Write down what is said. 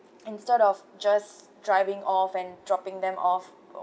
instead of just driving off and dropping them off